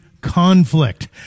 conflict